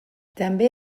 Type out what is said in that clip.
també